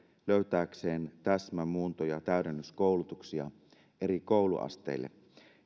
löytääkseen täsmä muunto ja täydennyskoulutuksia eri kouluasteille